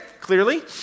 clearly